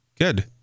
Good